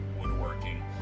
Woodworking